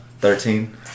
thirteen